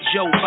Joe